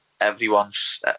everyone's